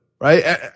right